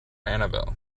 annabelle